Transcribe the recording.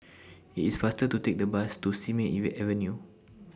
IT IS faster to Take The Bus to Simei even Avenue